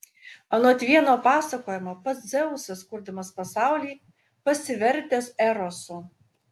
anot vieno pasakojimo pats dzeusas kurdamas pasaulį pasivertęs erosu